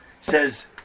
says